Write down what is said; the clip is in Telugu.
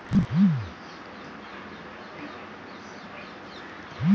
పోను నెంబర్ అకౌంట్ నెంబర్ కి లింక్ అయ్యి ఉండాలి